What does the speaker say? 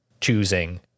choosing